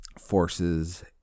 forces